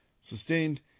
sustained